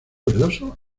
verdoso